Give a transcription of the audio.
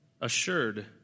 assured